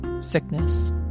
sickness